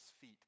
feet